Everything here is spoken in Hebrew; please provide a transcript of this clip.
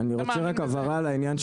אתה מאמין בזה?